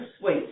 suite